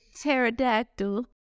pterodactyl